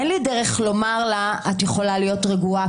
אין לי דרך לומר לה: את יכולה להיות רגועה,